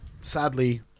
sadly